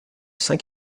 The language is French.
saint